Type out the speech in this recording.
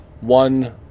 one